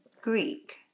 Greek